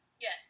Yes